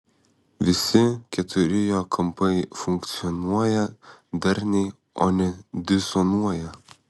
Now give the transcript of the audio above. visi keturi jo kampai funkcionuoja darniai o ne disonuoja